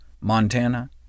Montana